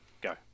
Go